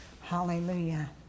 Hallelujah